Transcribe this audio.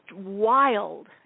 wild